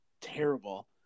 terrible